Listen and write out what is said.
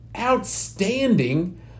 outstanding